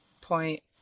point